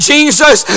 Jesus